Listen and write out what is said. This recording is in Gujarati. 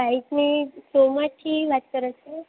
બાઈકની શો માંથી વાત કરો છો